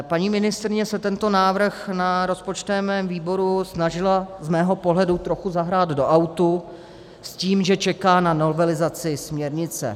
Paní ministryně se tento návrh na rozpočtovém výboru snažila z mého pohledu trochu zahrát do autu s tím, že čeká na novelizaci směrnice.